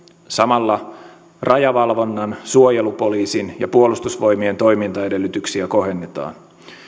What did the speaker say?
samalla rajavalvonnan suojelupoliisin ja puolustusvoimien toimintaedellytyksiä kohennetaan